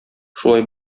шулай